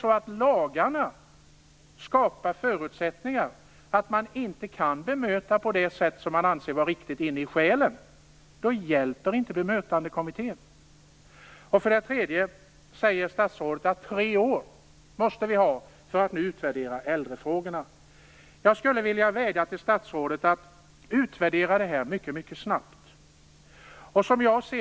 Men om lagarna skapar förutsättningar för att man inte kan bemöta på det sätt som man inombords anser vara riktigt, då hjälper inte Bemötandeutredningen. Statsrådet sade att äldrefrågorna skulle utredas under en treårsperiod. Jag vädjar till statsrådet: Utvärdera detta mycket snabbt!